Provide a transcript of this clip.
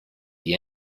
the